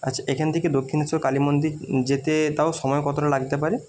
আচ্ছা এখান থেকে দক্ষিণেশ্বর কালী মন্দির যেতে তাও সময় কতোটা লাগতে পারে